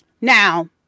Now